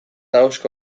ahozko